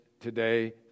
today